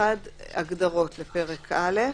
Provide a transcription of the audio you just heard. הגדרות לפרק הזה.